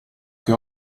che